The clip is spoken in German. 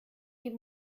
die